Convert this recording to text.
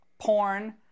porn